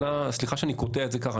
סליחה שאני קוטע את זה ככה.